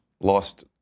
lost